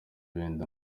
wenda